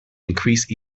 increase